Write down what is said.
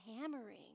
hammering